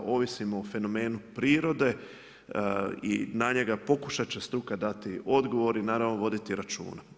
Ovisimo o fenomenu prirode i na njega pokušat će struka dati odgovor i naravno voditi računa.